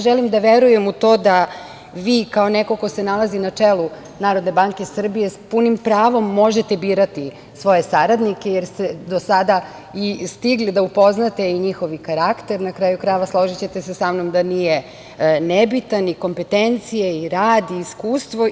Želim da verujem u to da vi kao neko ko se nalazi na čelu NBS, s punim pravom možete birati svoje saradnike, jer ste do sada i stigli da upoznate i njihov karakter, na kraju krajeva, složićete sa mnom da nije nebitan i kompetencije i rad i iskustvo.